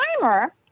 timer